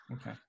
Okay